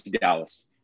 Dallas